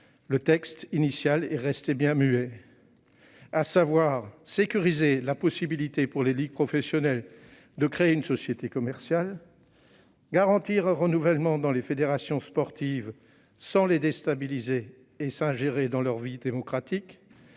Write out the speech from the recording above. sur certains d'entre eux, à savoir sécuriser la possibilité pour les ligues professionnelles de créer une société commerciale, garantir un renouvellement dans les fédérations sportives sans les déstabiliser ni s'ingérer dans leur vie démocratique,